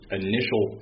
initial